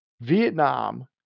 Vietnam